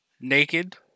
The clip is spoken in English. naked